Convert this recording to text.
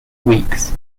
weeks